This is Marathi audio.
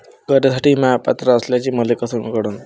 कर्जसाठी म्या पात्र असल्याचे मले कस कळन?